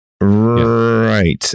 right